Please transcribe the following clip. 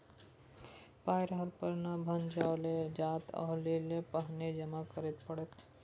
पाय रहले पर न भंजाओल जाएत ओहिलेल पहिने जमा करय पड़त